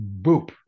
Boop